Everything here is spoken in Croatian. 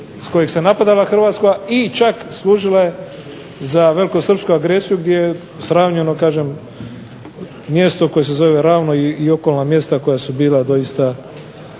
s kojeg se napadala Hrvatska i čak služila za velikosrpsku agresiju gdje je sravnjeno kažem mjesto koje se zove Ravno i okolna mjesta koja su bila doista